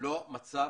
לא מצב